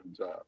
time